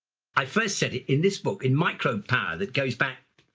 i first said it in this book, in microbe power that goes back,